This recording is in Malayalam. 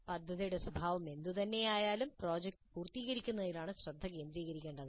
പദ്ധതിയുടെ സ്വഭാവം എന്തുതന്നെയായാലും ആ പ്രോജക്റ്റ് പൂർത്തീകരിക്കുന്നതിലാണ് ശ്രദ്ധ കേന്ദ്രീകരിക്കുന്നത്